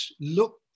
look